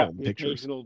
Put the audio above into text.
pictures